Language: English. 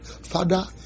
Father